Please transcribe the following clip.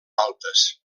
altes